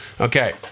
okay